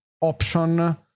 option